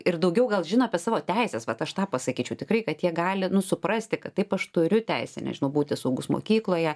ir daugiau gal žino apie savo teises vat aš tą pasakyčiau tikrai kad jie gali nu suprasti kad taip aš turiu teisę nežinau būti saugus mokykloje